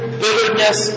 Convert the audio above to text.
bitterness